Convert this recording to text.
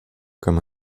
comme